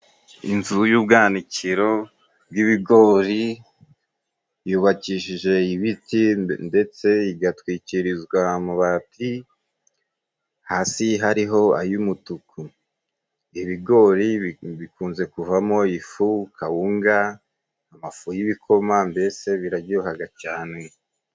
Inzu y'ubwanikiro bw'ibigori yubakishije ibiti ndetse igatwikirizwa amabati, hasi hariho ay'umutuku. Ibigori bikunze kuvamo ifu kawunga, amafu y'ibikoma mbese biraryohaga cyane.